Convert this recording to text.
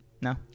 No